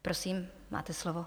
Prosím, máte slovo.